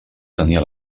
tenia